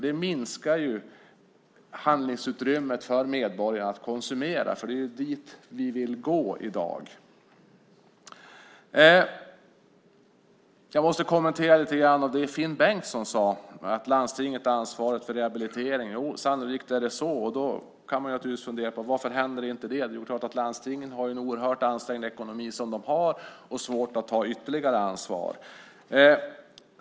Det minskar ju handlingsutrymmet för medborgarna att konsumera. Det är ju dit vi vill gå i dag. Jag måste lite grann kommentera det som Finn Bengtsson sade, att landstinget är ansvarigt för rehabilitering. Jo, sannolikt är det så. Då kan man naturligtvis fundera på: Varför händer inte det? Jo, det är klart att landstingen har en oerhört ansträngd ekonomi och har svårt att ta ytterligare ansvar.